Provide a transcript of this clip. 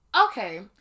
Okay